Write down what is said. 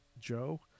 Joe